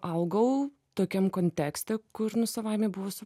augau tokiam kontekste kur nu savaime bus